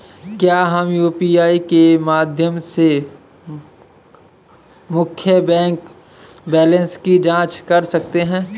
क्या हम यू.पी.आई के माध्यम से मुख्य बैंक बैलेंस की जाँच कर सकते हैं?